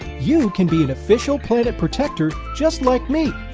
you can be an official planet protector just like me!